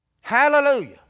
Hallelujah